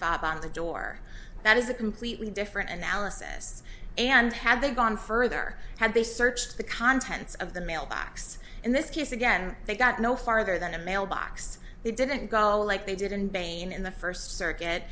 fob on the door that is a completely different analysis and had they gone further had they searched the contents of the mailbox in this case again they got no farther than a mailbox they didn't go like they did in bain in the first circuit